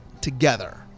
together